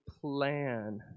plan